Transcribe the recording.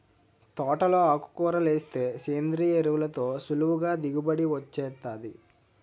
తోటలో ఆకుకూరలేస్తే సేంద్రియ ఎరువులతో సులువుగా దిగుబడి వొచ్చేత్తాది